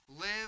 live